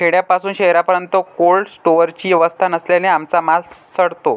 खेड्यापासून शहरापर्यंत कोल्ड स्टोरेजची व्यवस्था नसल्याने आमचा माल सडतो